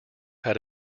had